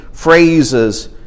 phrases